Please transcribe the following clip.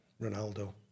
Ronaldo